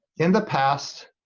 in the past,